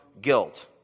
guilt